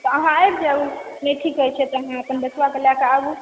तऽ अहाँ आबि जायब नहि ठीक होइ छै अहाँ अपन बचबा के लय कऽ आबू